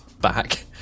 back